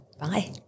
Bye